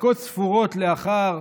דקות ספורות לאחר